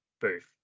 booth